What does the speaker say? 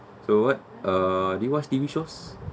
so what uh do you watch T_V shows